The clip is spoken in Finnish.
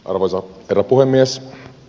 arvoisa herra puhemies